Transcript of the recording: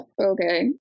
Okay